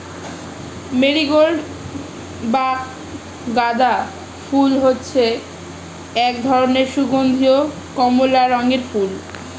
marigold বা গাঁদা ফুল হচ্ছে এক ধরনের সুগন্ধীয় কমলা রঙের ফুল